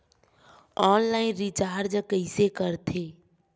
Online recharge कइसे करथे?